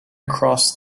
across